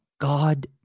God